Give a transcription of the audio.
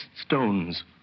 stones